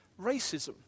racism